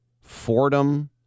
Fordham